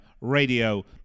Radio